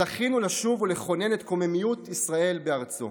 זכינו לשוב ולכונן את קוממיות ישראל בארצו.